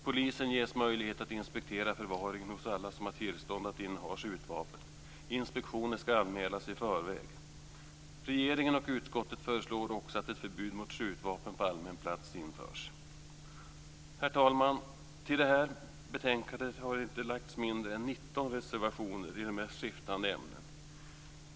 Polisen ges möjlighet att inspektera förvaringen hos alla som har tillstånd att inneha skjutvapen. Inspektioner ska anmälas i förväg. Regeringen och utskottet föreslår också att ett förbud mot skjutvapen på allmän plats införs. Herr talman! I betänkandet finns inte mindre än 19 reservationer i de mest skiftande ämnen.